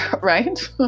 Right